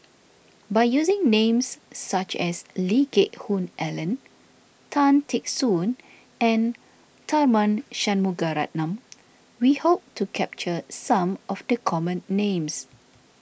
by using names such as Lee Geck Hoon Ellen Tan Teck Soon and Tharman Shanmugaratnam we hope to capture some of the common names